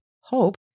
hope